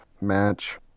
match